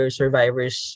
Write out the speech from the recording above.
survivors